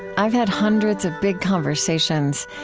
i've had hundreds of big conversations,